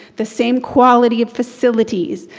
the same quality of facilities,